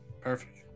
Perfect